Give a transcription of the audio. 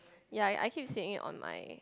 ya I I keep saying on mine